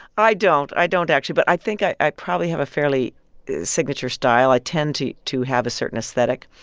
i don't. i don't, actually. but i think i i probably have a fairly signature style. i tend to to have a certain aesthetic,